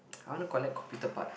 I want to collect computer parts